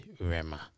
Rema